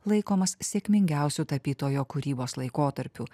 laikomas sėkmingiausiu tapytojo kūrybos laikotarpiu